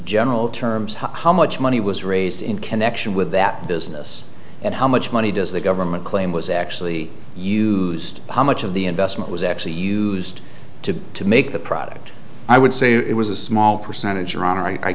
general terms how much money was raised in connection with that business and how much money does the government claim was actually used how much of the investment was actually used to to make the product i would say it was a small percentage